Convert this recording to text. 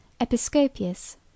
Episcopius